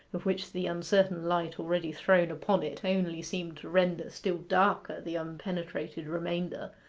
of which the uncertain light already thrown upon it only seemed to render still darker the unpenetrated remainder,